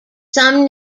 some